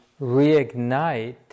reignite